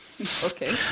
Okay